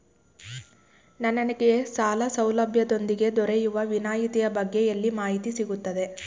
ನನಗೆ ಸಾಲ ಸೌಲಭ್ಯದೊಂದಿಗೆ ದೊರೆಯುವ ವಿನಾಯತಿಯ ಬಗ್ಗೆ ಎಲ್ಲಿ ಮಾಹಿತಿ ಸಿಗುತ್ತದೆ?